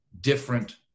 different